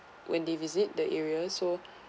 when they visit the area so